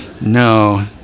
no